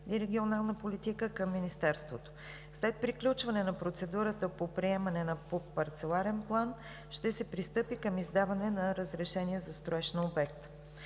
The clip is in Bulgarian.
и регионална политика към Министерството. След приключване на процедурата по приемане на ПУП – парцеларен план, ще се пристъпи към издаване на разрешение за строеж на обекта.